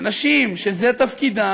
אנשים שזה תפקידם,